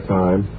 time